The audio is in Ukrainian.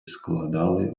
складали